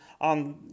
on